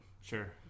Sure